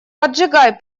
поджигай